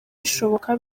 bishoboka